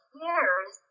years